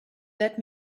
let